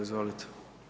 Izvolite.